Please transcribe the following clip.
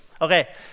Okay